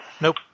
Nope